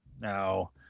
Now